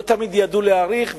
לא תמיד ידעו להעריך אותן,